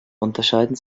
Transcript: unterscheiden